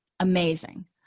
amazing